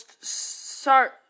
start